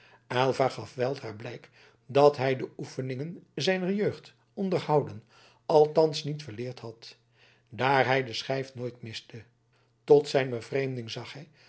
aylva gaf weldra blijk dat hij de oefeningen zijner jeugd onderhouden althans niet verleerd had daar hij de schijf nooit miste tot zijn bevreemding zag hij